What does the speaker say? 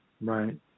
Right